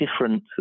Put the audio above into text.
different